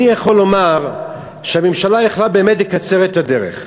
אני יכול לומר שהממשלה יכלה באמת לקצר את הדרך.